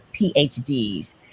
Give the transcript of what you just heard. PhDs